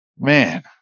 man